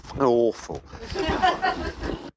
awful